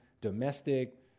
domestic